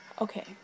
okay